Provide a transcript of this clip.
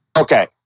okay